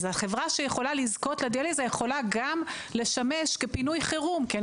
אז החברה שיכולה לזכות בדיאליזה יכולה לשמש גם לפינוי חירום כי אני